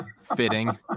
Fitting